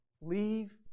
Leave